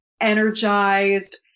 energized